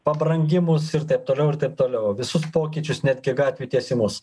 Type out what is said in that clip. pabrangimus ir taip toliau ir taip toliau visus pokyčius netgi gatvių tiesimus